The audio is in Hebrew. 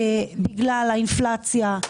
בגלל האינפלציה,